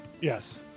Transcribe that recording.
Yes